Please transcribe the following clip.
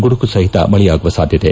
ಗುಡುಗು ಸಹಿತ ಮಳೆಯಾಗುವ ಸಾಧ್ಯತೆಯಿದೆ